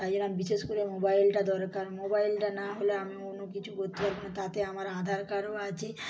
তাই জন্য আমি বিশেষ করে মোবাইলটা দরকার মোবাইলটা না হলে আমি অন্য কিছু করতে পারবো না তাতে আমার আধার কার্ডও আছে